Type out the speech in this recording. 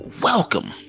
Welcome